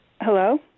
Hello